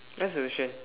that's the question